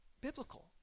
biblical